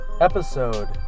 episode